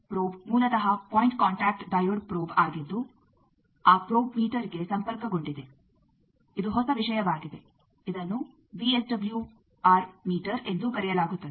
probe ಮೂಲತಃ point contact diode probe ಆಗಿದ್ದು ಆ ಪ್ರೋಬ್ ಮೀಟರ್ಗೆ ಸಂಪರ್ಕಗೊಂಡಿದೆ ಇದು ಹೊಸ ವಿಷಯವಾಗಿದೆ ಇದನ್ನು ವಿಎಸ್ಡಬ್ಲ್ಯೂಆರ್ ಮೀಟರ್ ಎಂದೂ ಕರೆಯಲಾಗುತ್ತದೆ